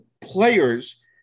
players